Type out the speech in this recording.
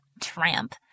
Tramp